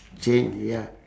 change ya